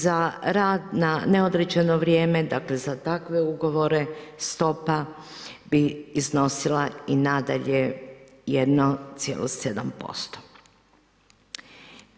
Za rad na neodređeno vrijeme, dakle za takve ugovore stopa bi iznosila i nadalje 1,7%